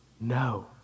no